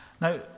Now